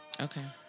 Okay